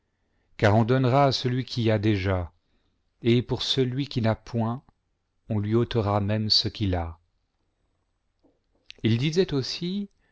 car on donnera à celui qui a déjà et pour celui qui n'a point on lui ôtera même ce qu'il a il disait aussi